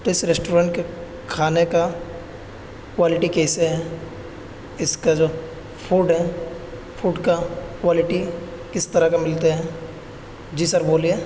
اس restaurant کے کھانے کا کوالٹی کیسے ہے اس کا جو فوڈ ہے فوڈ کا کوالٹی کس طرح کا ملتے ہیں جی سر بولیے